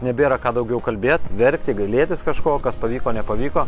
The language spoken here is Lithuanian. nebėra ką daugiau kalbėt verkti gailėtis kažko kas pavyko nepavyko